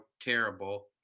terrible